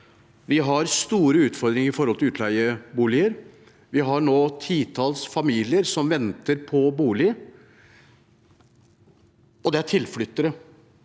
Vi har store utfordringer når det gjelder utleieboliger. Vi har nå titalls familier som venter på bolig, og de er tilflyttere.